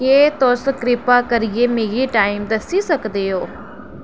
केह् तुस किरपा करियै मिगी टाइम दस्सी सकदे ओ